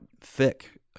thick